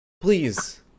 please